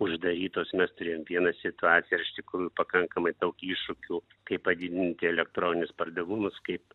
uždarytos mes turėjom vieną situaciją ir iš tikrųjų pakankamai daug iššūkių kaip padidinti elektroninius pardavimus kaip